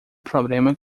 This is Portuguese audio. problema